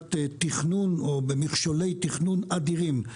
בבעיית תכנון, או במכשולי תכנון אדירים.